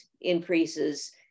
increases